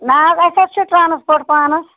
نہ حظ اَسہِ حظ چھِ ٹرٛانَسفر پانَس